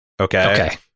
Okay